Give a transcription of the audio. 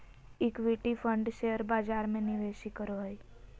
equity fund share बजार में निवेश करो हइ